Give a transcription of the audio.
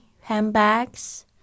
handbags